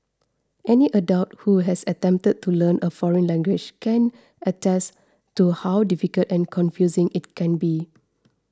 any adult who has attempted to learn a foreign language can attest to how difficult and confusing it can be